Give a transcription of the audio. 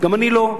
גם אני לא,